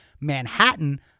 Manhattan